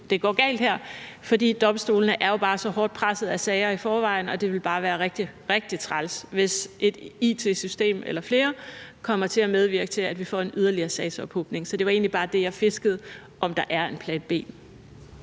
det går galt her. For domstolene er jo bare så hårdt presset af sager i forvejen, og det ville bare være rigtig, rigtig træls, hvis et it-system eller flere kommer til at medvirke til, at vi får en yderligere sagsophobning. Så det var egentlig bare det, jeg fiskede efter, altså om der er en plan B.